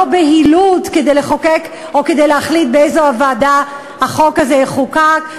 בהילות כדי לחוקק או כדי להחליט באיזו ועדה החוק הזה יחוקק?